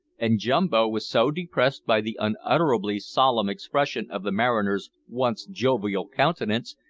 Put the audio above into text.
and jumbo was so depressed by the unutterably solemn expression of the mariner's once jovial countenance,